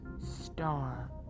STAR